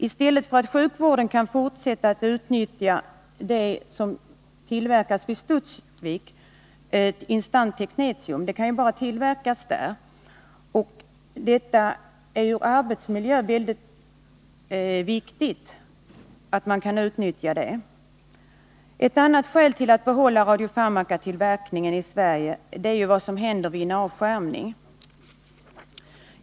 Från arbetsmiljösynpunkt är det således mycket viktigt att sjukvården i stället kan fortsätta att utnyttja instant-teknetium, som tillverkas endast i Studsvik. Ett annat skäl till att behålla radiofarmakatillverkningen i Sverige är vad som kan hända vid en avskärmning.